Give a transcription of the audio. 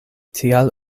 tial